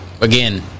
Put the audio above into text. again